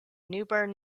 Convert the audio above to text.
newburgh